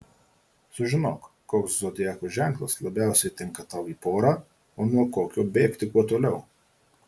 sužinok koks zodiako ženklas labiausiai tinka tau į porą o nuo kokio bėgti kuo toliau